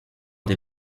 des